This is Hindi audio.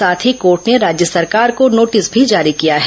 साथ ही कोर्ट ने राज्य सरकार को नोटिस भी जारी किया है